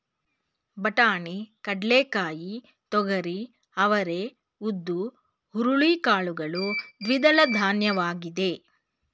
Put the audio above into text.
ಬಟಾಣಿ, ಕಡ್ಲೆಕಾಯಿ, ತೊಗರಿ, ಅವರೇ, ಉದ್ದು, ಹುರುಳಿ ಕಾಳುಗಳು ದ್ವಿದಳಧಾನ್ಯವಾಗಿದೆ